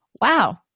wow